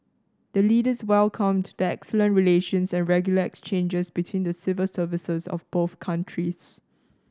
the Leaders welcomed the excellent relations and regular exchanges between the civil services of both countries